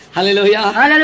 Hallelujah